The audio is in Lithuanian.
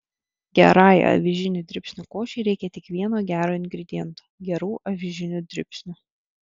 gerai avižinių dribsnių košei reikia tik vieno gero ingrediento gerų avižinių dribsnių